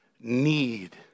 need